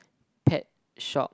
pet shop